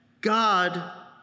God